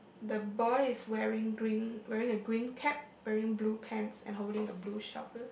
the boy is wearing green wearing a green cap wearing blue pants and holding a blue shovel